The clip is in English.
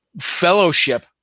fellowship